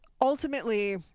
ultimately